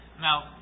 Now